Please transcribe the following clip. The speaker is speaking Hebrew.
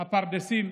הפרדסים,